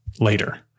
later